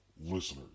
listeners